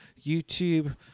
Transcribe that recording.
YouTube